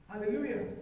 Hallelujah